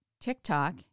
TikTok